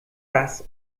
das